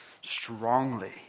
strongly